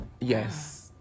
Yes